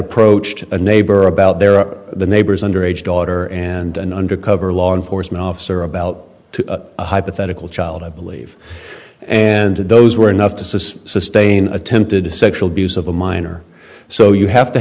approached a neighbor about their the neighbor's underage daughter and an undercover law enforcement officer about a hypothetical child i believe and those were enough to sustain sustained attempted sexual abuse of a minor so you have to